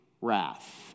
wrath